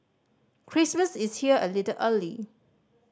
Christmas is here a little early